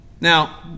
Now